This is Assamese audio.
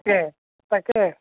তাকে তাকে